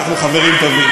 אנחנו חברים טובים.